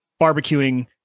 barbecuing